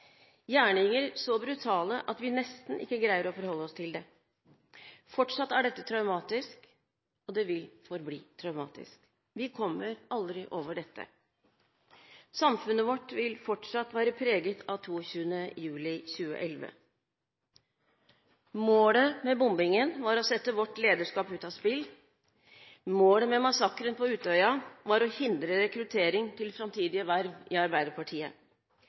gjerninger så brutale at vi nesten ikke greier å forholde oss til det. Fortsatt er dette traumatisk – og det vil forbli traumatisk. Vi kommer aldri over dette. Samfunnet vårt vil fortsatt være preget av 22. juli 2011. Målet med bombingen var å sette vårt lederskap ut av spill. Målet med massakren på Utøya var å hindre rekruttering til framtidige verv i Arbeiderpartiet.